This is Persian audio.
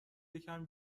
یکم